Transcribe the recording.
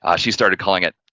um she started calling it,